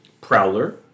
Prowler